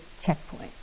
checkpoint